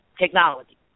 technology